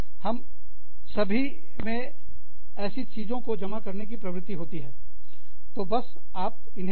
हम सभी में ऐसी चीजों को जमा करने की प्रवृत्ति होती है तो बस आप इन्हें ले